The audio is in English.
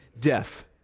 death